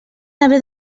haver